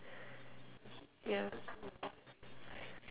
ya